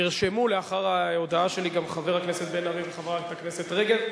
נרשמו לאחר ההודעה שלי גם חבר הכנסת בן-ארי וחברת הכנסת רגב,